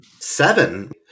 Seven